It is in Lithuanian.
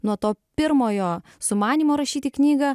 nuo to pirmojo sumanymo rašyti knygą